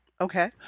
Okay